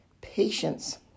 patience